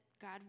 God